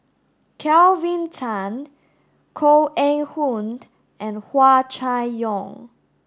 Kelvin Tan Koh Eng Hoon and Hua Chai Yong